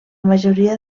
majoria